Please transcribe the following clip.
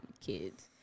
kids